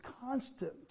constant